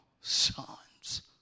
sons